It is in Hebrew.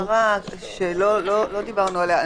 רציתי עוד הערה שלא דיברנו עליה.